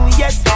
yes